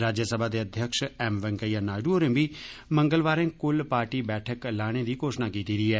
राज्यसभा दे अध्यक्ष एम वैंकेय्या नायडू होरें बी मंगलवारें कुल पार्टी बैठक लाने दी घोषणा कीती दी ऐ